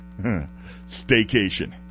Staycation